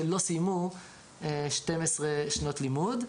שלא סיימו 12 שנות לימוד.